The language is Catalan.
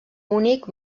munic